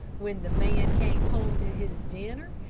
when the man came home to his dinner,